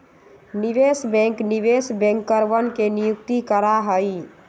निवेश बैंक निवेश बैंकरवन के नियुक्त करा हई